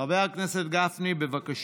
חבר הכנסת גפני, בבקשה.